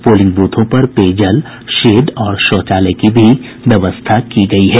polling बूथों पर पेयजल शेड और शौचालय की भी व्यवस्था की गयी है